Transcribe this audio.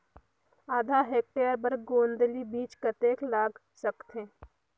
आधा हेक्टेयर बर गोंदली बीच कतेक लाग सकथे?